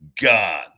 gone